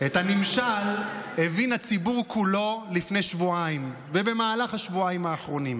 את הנמשל הבין הציבור כולו לפני שבועיים ובמהלך השבועיים האחרונים.